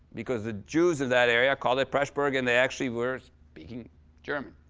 because the jews of that area called it pressburg, and they actually were speaking german.